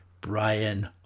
Brian